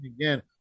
Again